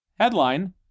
Headline